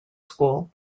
school